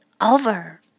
over